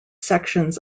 sections